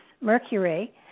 Mercury